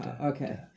Okay